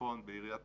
בעיריית